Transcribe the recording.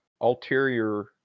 ulterior